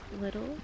little